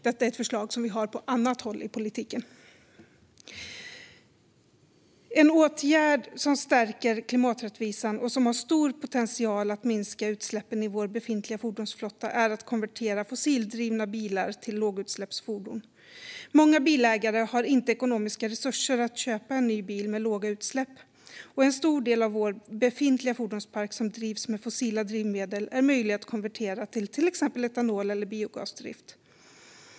Detta är ett förslag som vi har på annat håll i politiken. En åtgärd som stärker klimaträttvisan och som har stor potential att minska utsläppen från vår befintliga fordonsflotta är att konvertera fossildrivna bilar till lågutsläppsfordon. Många bilägare har inte ekonomiska resurser att köpa en ny bil med låga utsläpp, och en stor del av vår befintliga fordonspark som drivs med fossila drivmedel är möjlig att konvertera till exempelvis etanol eller biogasdrift.